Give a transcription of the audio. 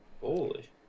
Holy